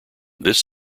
this